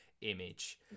image